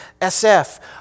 SF